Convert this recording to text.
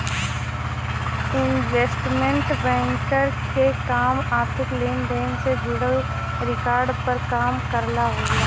investment banker क काम आर्थिक लेन देन से जुड़ल रिकॉर्ड पर काम करना होला